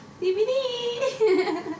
DVD